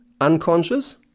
unconscious